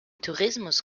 tourismus